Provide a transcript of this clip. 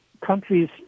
countries